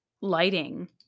lighting